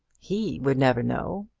he would never know.